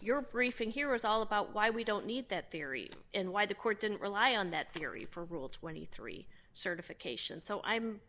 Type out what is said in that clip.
your briefing here is all about why we don't need that theory and why the court didn't rely on that theory for rule twenty three certification so i'm